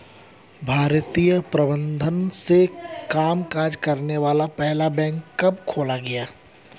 भारतीय प्रबंधन से कामकाज करने वाला पहला बैंक कब खोला गया?